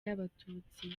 y’abatutsi